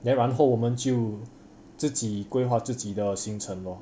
then 然后我们就自己规划自己的行程 lor